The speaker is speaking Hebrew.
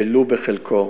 ולו בחלקו.